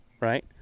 right